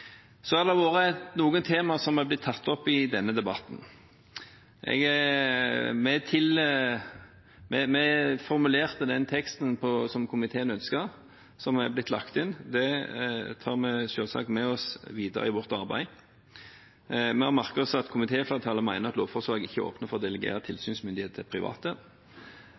har blitt tatt opp noen tema i denne debatten. Vi formulerte denne teksten som komiteen ønsket, det er blitt lagt inn, og vi tar det selvsagt med oss videre i vårt arbeid. Vi har merket oss at komitéflertallet mener at lovforslaget ikke åpner for å delegere tilsynsmyndighet til private.